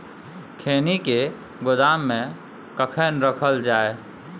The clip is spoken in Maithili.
खैनी के गोदाम में कखन रखल जाय?